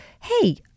hey